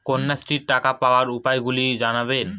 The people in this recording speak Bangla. কন্যাশ্রীর টাকা পাওয়ার উপায়গুলি জানাবেন?